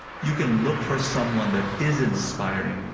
you can look for someone that is inspiring,